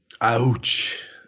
Ouch